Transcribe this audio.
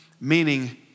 Meaning